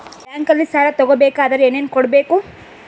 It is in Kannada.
ಬ್ಯಾಂಕಲ್ಲಿ ಸಾಲ ತಗೋ ಬೇಕಾದರೆ ಏನೇನು ಕೊಡಬೇಕು?